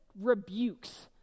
rebukes